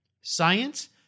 science